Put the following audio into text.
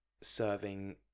serving